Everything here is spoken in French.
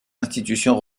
institutions